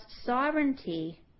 sovereignty